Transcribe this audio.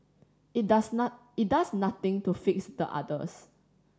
it does it does nothing to fix the others